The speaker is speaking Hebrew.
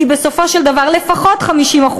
כי בסופו של דבר לפחות 50%,